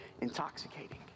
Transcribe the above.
intoxicating